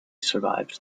survives